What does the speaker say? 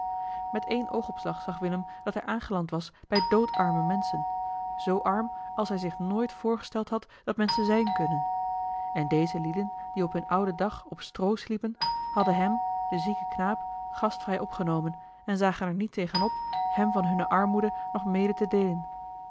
met één oogopslag zag willem dat hij aangeland was bij doodarme menschen zoo arm als hij zich nooit voorgesteld had dat menschen zijn kunnen en deze lieden die op hun ouden dag op stroo sliepen hadden hem den zieken knaap gastvrij opgenomen en zagen er niet tegen op hem van hunne armoede nog mede te deelen